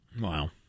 Wow